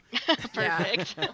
Perfect